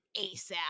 asap